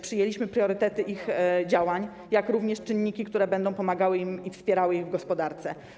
Przyjęliśmy priorytety ich działań, jak również czynniki, które będą pomagały im i wspierały ich w gospodarce.